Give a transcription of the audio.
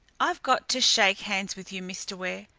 i've got to shake hands with you, mr. ware,